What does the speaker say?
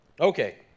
okay